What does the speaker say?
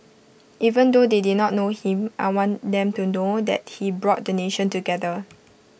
even though they did not know him I want them to know that he brought the nation together